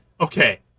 okay